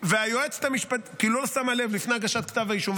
כי לא שמו לב לפני הגשת כתב האישום,